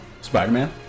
Spider-Man